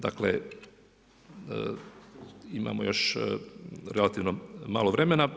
Dakle, imamo još relativno malo vremena.